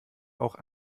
auch